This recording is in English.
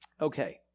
Okay